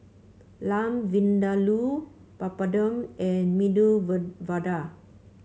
Lamb Vindaloo Papadum and Medu Vada